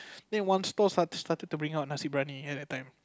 then one store start started to bring out nasi-bryani at that time